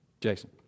Jason